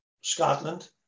Scotland